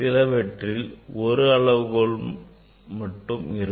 சிலவற்றில் ஒரு வெர்னியர் அளவுகோல் மட்டும் இருக்கும்